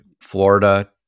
Florida